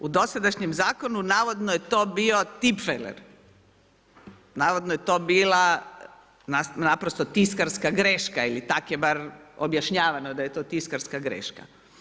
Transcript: U dosadašnjem zakonu navodno je to bio tipfeler, navodno je to bila tiskarska greška ili tak' je bar objašnjavano da je to tiskarka greška.